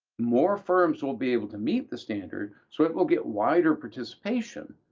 more firms will be able to meet the standard, so it will get wider participation,